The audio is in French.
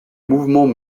mouvements